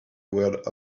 word